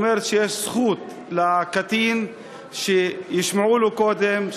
האומרת שיש זכות לקטין שישמעו אותו קודם,